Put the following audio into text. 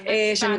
שוב,